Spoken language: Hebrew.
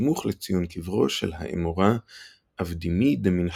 בסמוך לציון קברו של האמורא אבדימי דמן חיפה.